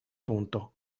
punto